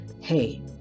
hey